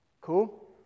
Cool